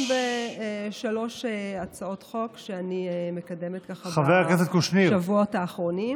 בשלוש הצעות חוק שאני מקדמת בשבועות האחרונים.